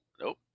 Nope